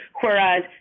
Whereas